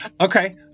Okay